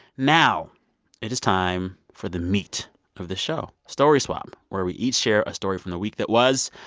now it is time for the meat of the show, story swap, where we each share a story from the week that was.